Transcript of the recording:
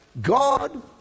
God